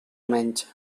menys